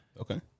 Okay